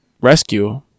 rescue